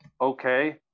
Okay